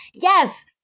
Yes